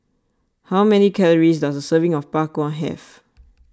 how many calories does a serving of Bak Kwa have